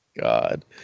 God